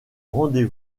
rendez